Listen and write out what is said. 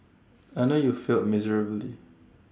I know you failed miserably